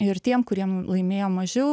ir tiem kuriem laimėjo mažiau